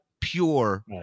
pure